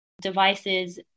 devices